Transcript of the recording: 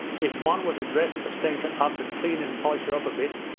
if one were to dress ustenka up and clean and polish her up a bit,